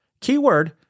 keyword